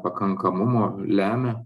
pakankamumo lemia